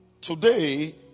Today